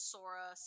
Sora